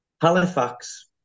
Halifax